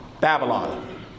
Babylon